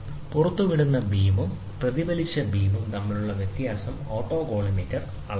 പുറത്തുവിടുന്ന ബീമും പ്രതിഫലിച്ച ബീമും തമ്മിലുള്ള വ്യതിയാനം ഓട്ടോകോളിമേറ്റർ അളക്കുന്നു